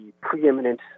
preeminent